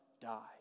die